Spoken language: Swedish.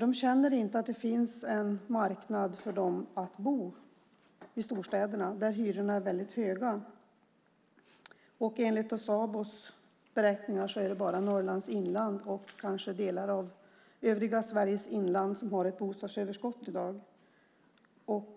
De känner inte att det finns en marknad för dem att bo i storstäderna där hyrorna är väldigt höga. Enligt Sabos beräkningar är det bara i Norrlands inland och kanske delar av övriga Sveriges inland som man har ett bostadsöverskott i dag.